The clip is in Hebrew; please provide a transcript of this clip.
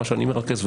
מה שאני מרכז ובכלל,